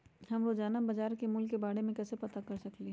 हम रोजाना बाजार के मूल्य के के बारे में कैसे पता कर सकली ह?